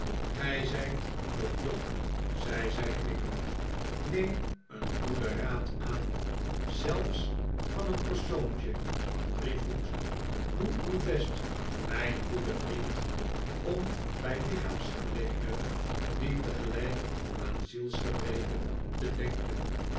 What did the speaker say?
gij zijt nog jong zei zij knikkend neem een goeden raad aan zelfs van een persoontje van drie voet doe uw best mijn goede vriend om bij lichaamsgebreken niet tegelijk aan zielsgebreken te denken